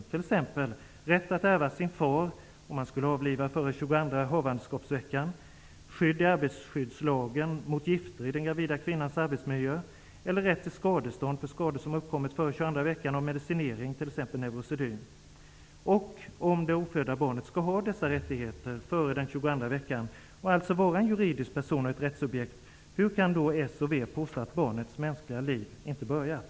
Det handlar t.ex. om rätten att ärva sin far, om denne skulle avlida före fostrets 22:a havandeskapsvecka. Det handlar dessutom om skydd enligt arbetsskyddslagen mot gifter i den gravida kvinnans arbetsmiljö eller om rätt till skadestånd för skador som har uppkommit före 22:a graviditetsveckan genom medicinering av t.ex. Om det ofödda barnet skall ha dessa rättigheter före den 22:a veckan och alltså skall vara en juridisk person och ett rättssubjekt, hur kan då Socialdemokraterna och Vänsterpartiet påstå att barnets mänskliga liv inte har börjat?